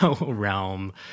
realm